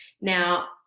Now